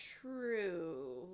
true